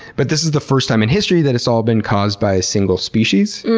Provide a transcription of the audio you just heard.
but this is the first time in history that it's all been caused by a single species,